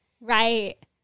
right